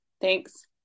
thanks